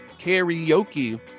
karaoke